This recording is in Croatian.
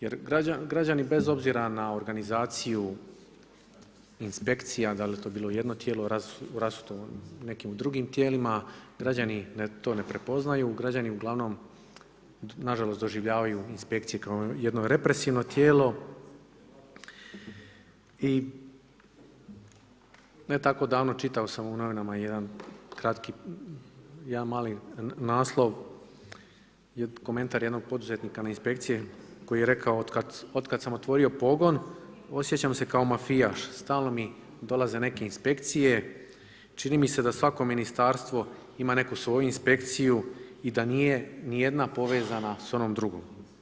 Jer građani, bez obzira na organizaciju inspekcija, da li to bilo jedno tijelo rasuto u nekim drugim tijelima, građani to ne prepoznaju, građani uglavnom nažalost doživljavaju inspekcije kao jedno represivno tijelo i ne tako davno, čitao sam u novinama jedan kratki, jedan mali naslov, komentar jednog poduzetnika na inspekcije, koji je rekao, otkad sam otvorio pogon, osjećam se kao mafijaš, stalno mi dolaze neke inspekcije, čini mi se da svako Ministarstvo ima neku svoju inspekciju i da nije ni jedna povezana s onom drugom.